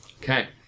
Okay